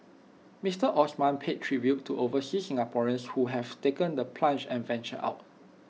Mister Osman paid tribute to overseas Singaporeans who have taken the plunge and ventured out